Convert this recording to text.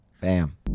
bam